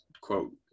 quote